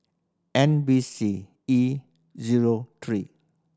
N B C E zero three